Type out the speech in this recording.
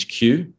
HQ